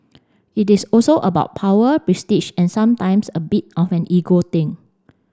it is also about power prestige and sometimes a bit of an ego thing